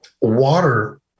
water